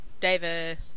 David